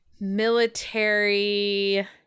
military